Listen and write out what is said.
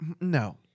no